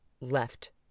left